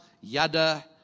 yada